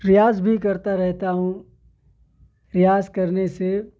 ریاض بھی کرتا رہتا ہوں ریاض کرنے سے